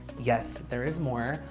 yes, there is more.